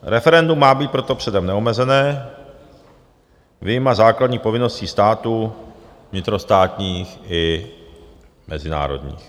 Referendum má být proto předem neomezené, vyjma základních povinností státu, vnitrostátních i mezinárodních.